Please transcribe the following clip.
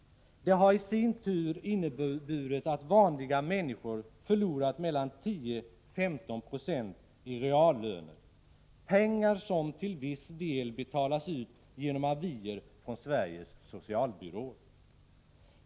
Det har isin tur inneburit att vanliga människor förlorat mellan 10-15 96 i reallöner — pengar som till viss del betalas ut genom avier från Sveriges socialbyråer.